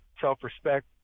self-respect